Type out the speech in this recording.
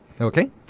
Okay